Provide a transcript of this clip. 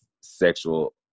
sexual